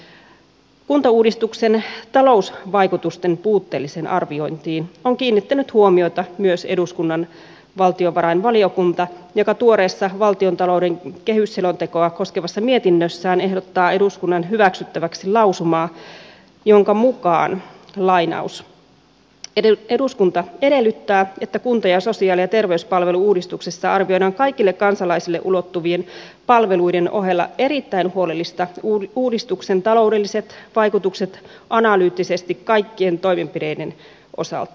kuntauudistuksen talousvaikutusten puutteelliseen arviointiin on kiinnittänyt huomiota myös eduskunnan valtiovarainvaliokunta joka tuoreessa valtiontalouden kehysselontekoa koskevassa mietinnössään ehdottaa eduskunnan hyväksyttäväksi lausumaa jonka mukaan eduskunta edellyttää että kunta ja sosiaali ja terveyspalvelu uudistuksessa arvioidaan kaikille kansalaisille ulottuvien palveluiden ohella erittäin huolellisesti uudistuksen taloudelliset vaikutukset analyyttisesti kaikkien toimenpiteiden osalta